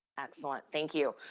excellent, thank you.